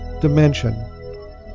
dimension